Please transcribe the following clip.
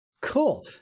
Cool